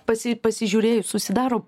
pas jį pasižiūrėjus susidaro